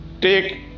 take